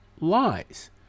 lies